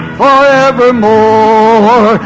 forevermore